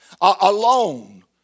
alone